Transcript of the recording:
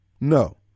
No